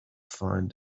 find